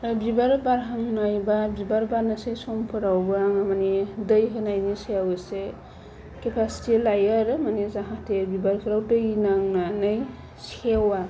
दा बिबार बारहांनाय बा बिबार बारनोसै समफोरावबो आङो माने दै होनायनि सायाव एसे केपासिटि लायो आरो मानि जाहाथे बिबारफोराव दै नांनानै सेवा